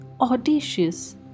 audacious